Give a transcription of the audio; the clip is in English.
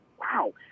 wow